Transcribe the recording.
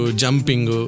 jumping